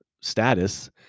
status